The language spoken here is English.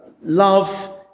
love